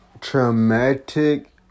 traumatic